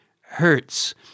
hurts